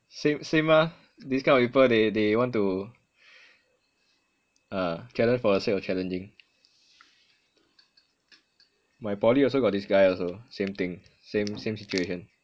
sam~ same ah this kind of people they they want to uh challenge for the sake of challenging my poly also got this guy also same thing same same situation